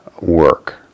work